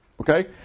Okay